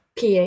PA